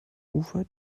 ufer